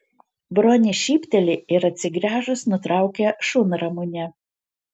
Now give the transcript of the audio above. bronė šypteli ir atsigręžus nutraukia šunramunę